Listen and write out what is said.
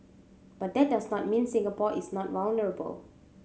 but that does not mean Singapore is not vulnerable